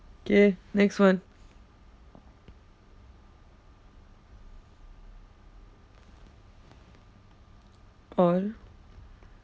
K next one all